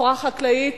סחורה חקלאית,